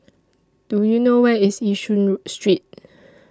Do YOU know Where IS Yishun Row Street